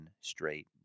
straight